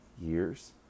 years